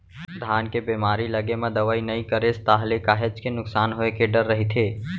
धान के बेमारी लगे म दवई नइ करेस ताहले काहेच के नुकसान होय के डर रहिथे